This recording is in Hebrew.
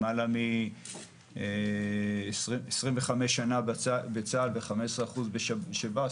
למעלה מ-25 שנה בצה"ל ו-15 שנה בשב"ס,